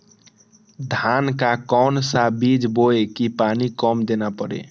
धान का कौन सा बीज बोय की पानी कम देना परे?